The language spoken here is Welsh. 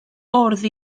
bwrdd